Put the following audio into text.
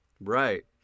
Right